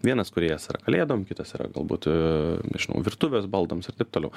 vienas kūrėjas yra kalėdom kitas yra galbūt nežinau virtuvės baldams ir taip toliau